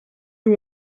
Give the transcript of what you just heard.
you